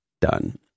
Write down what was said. done